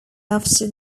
after